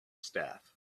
staff